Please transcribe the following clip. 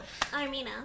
Armina